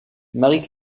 marie